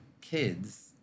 kids